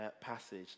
passage